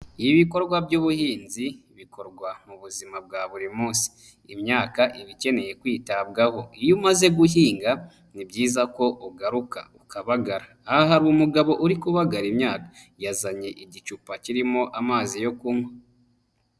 Ibikorwa by'ubuhinzi bikorwa mu buzima bwa buri munsi, imyaka iba ikeneye kwitabwaho, iyo umaze guhinga ni byiza ko ugaruka ukabagara, aha hari umugabo uri kubaga imyaka yazanye igicupa kirimo amazi yo kunywa.